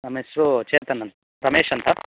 ನಮ್ಮ ಹೆಸ್ರೂ ಚೇತನ್ ಅಂತ ರಮೇಶ್ ಅಂತ